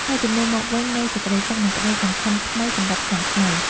ហើយជំនួសមកវិញនូវសេចក្តីសុខ និងក្តីសង្ឃឹមថ្មីសម្រាប់ឆ្នាំថ្មី។